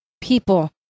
people